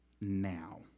now